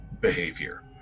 behavior